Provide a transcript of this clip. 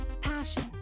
Passion